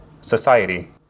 society